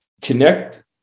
connect